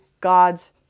God's